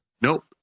Nope